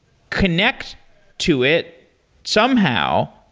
connect to it somehow.